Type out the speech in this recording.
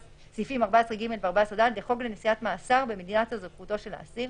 14ג ו־14ד לחוק לנשיאת מאסר במדינת אזרחותו של האסיר,